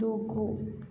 దూకు